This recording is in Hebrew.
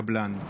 קבלן.